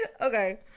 okay